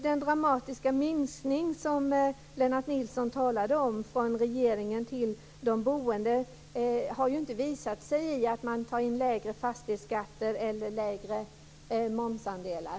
Den dramatiska minskning som Lennart Nilsson talade om från regeringen till de boende har ju inte visat sig i lägre fastighetsskatter eller lägre momsandelar.